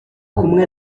kumwe